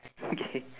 okay